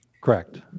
Correct